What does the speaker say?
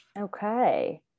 Okay